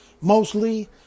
Mostly